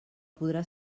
podrà